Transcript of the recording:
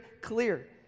clear